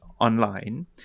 online